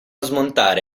smontare